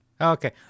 Okay